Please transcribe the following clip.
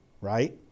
right